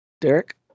Derek